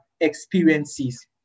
experiences